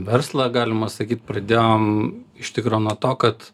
verslą galima sakyt pradėjom iš tikro nuo to kad